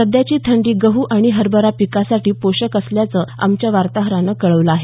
सध्याची थंडी गहू आणि हरभरा पिकासाठी पोषक असल्याचं आमच्या वार्ताहाराने कळवलं आहे